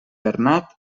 bernat